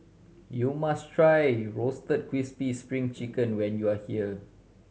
you must try Roasted Crispy Spring Chicken when you are here